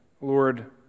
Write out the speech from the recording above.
Lord